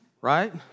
Right